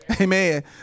Amen